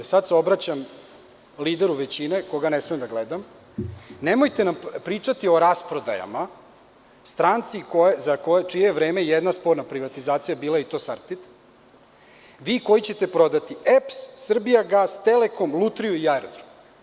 Sada se obraćam lideru većine koga ne smem da gledam, nemojte nam pričati o rasprodajama stranci za čije je vreme jedna sporna privatizacija bila i to „Sartid“, vi koji ćete prodati „EPS“, „Srbijagas“, „Telekom“, „Lutriju“ i aerodrom.